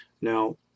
Now